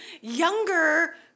younger